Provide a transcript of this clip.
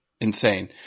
Insane